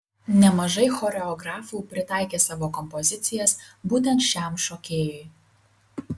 nemažai choreografų pritaikė savo kompozicijas būtent šiam šokėjui